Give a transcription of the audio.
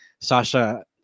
Sasha